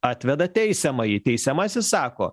atveda teisiamąjį teisiamasis sako